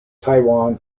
taiwan